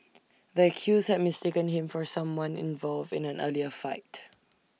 the accused had mistaken him for someone involved in an earlier fight